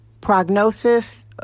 prognosis